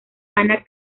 ana